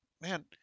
man